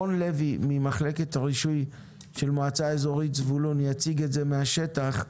רון לוי ממחלקת הרישוי של המועצה האזורית זבולון יציג את זה מן השטח,